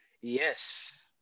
Yes